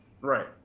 Right